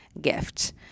gift